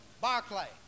Barclay